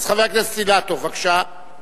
חבר הכנסת רוברט אילטוב, בבקשה,